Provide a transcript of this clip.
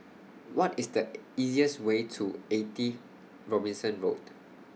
What IS The easiest Way to eighty Robinson Road